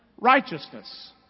Righteousness